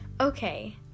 okay